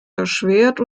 erschwert